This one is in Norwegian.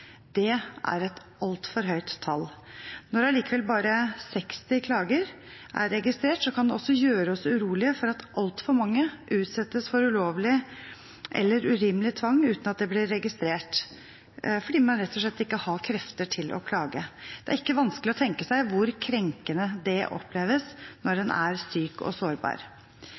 Det er et altfor høyt tall. Når allikevel bare 60 klager er registrert, kan det også gjøre oss urolige fordi altfor mange utsettes for ulovlig eller urimelig tvang uten at det blir registrert, fordi man rett og slett ikke har krefter til å klage. Det er ikke vanskelig å tenke seg hvor krenkende det oppleves når en er syk og sårbar.